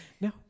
No